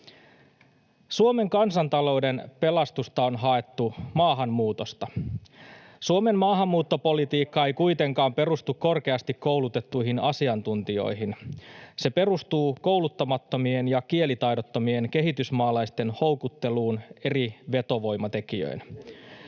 Suomen kansantalouden pelastusta on haettu maahanmuutosta. Suomen maahanmuuttopolitiikka ei kuitenkaan perustu korkeasti koulutettuihin asiantuntijoihin. Se perustuu kouluttamattomien ja kielitaidottomien kehitysmaalaisten houkutteluun eri vetovoimatekijöin.